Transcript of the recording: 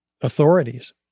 authorities